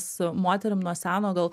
su moterim nuo seno gal